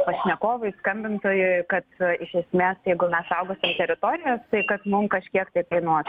pašnekovui skambintojui kad iš esmės jeigu mes saugosim teritorijas tai kas mum kažkiek tai kainuos